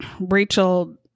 Rachel